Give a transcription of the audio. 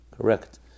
Correct